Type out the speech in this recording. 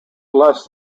less